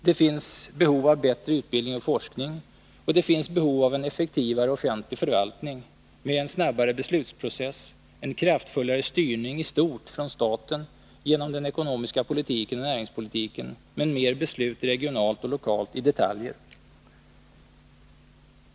Det finns behov av bättre utbildning och forskning, och det finns även behov av en effektivare offentlig förvaltning med en snabbare beslutsprocess, en kraftfullare styrning i stort från staten genom den ekonomiska politiken och näringspolitiken, men mer av beslut regionalt och lokalt i detaljer.